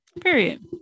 Period